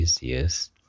yes